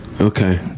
Okay